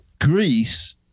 Greece